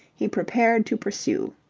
he prepared to pursue.